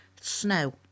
snow